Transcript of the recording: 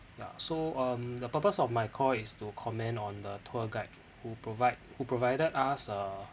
ya so um the purpose of my call is to commend on the tour guide who provide who provided us uh